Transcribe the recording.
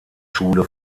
schule